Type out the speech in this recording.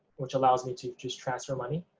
which allows me to just transfer money.